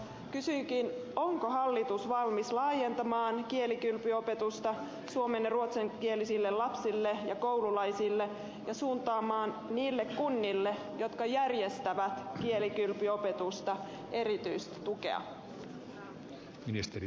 onko hallitus valmis laajentamaan kielikylpyopetusta suomen ja ruotsinkielisille lapsille ja koululaisille ja suuntamaan niille kunnille jotka järjestävät kielikylpyopetusta erityistä tukea